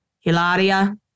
Hilaria